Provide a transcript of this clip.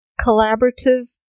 collaborative